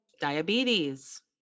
diabetes